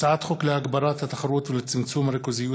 הצעת חוק להגברת התחרות ולצמצום הריכוזיות